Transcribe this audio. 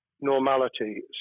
normality